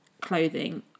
clothing